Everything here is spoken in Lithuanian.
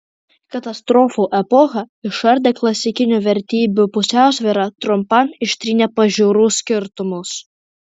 katastrofų epocha išardė klasikinių vertybių pusiausvyrą trumpam ištrynė pažiūrų skirtumus